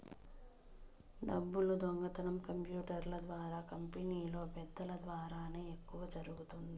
డబ్బులు దొంగతనం కంప్యూటర్ల ద్వారా కంపెనీలో పెద్దల ద్వారానే ఎక్కువ జరుగుతుంది